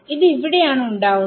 ഇത് ഇവിടെയാണ് ഉണ്ടാവുന്നത്